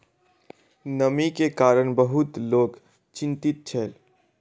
नमी के कारण बहुत लोक चिंतित छल